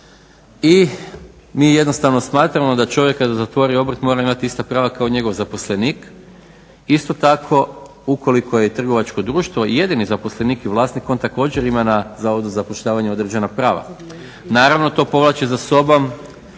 I mi jednostavno smatramo da čovjek kada zatvori obrt mora imati ista prava kao njegov zaposlenik, isto tako ukoliko je trgovačko društvo jedini zaposlenik i vlasnik on također ima na Zavodu za zapošljavanje određena prava. Naravno, to povlači za sobom